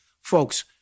folks